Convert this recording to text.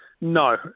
no